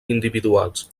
individuals